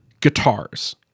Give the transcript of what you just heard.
guitars